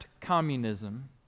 communism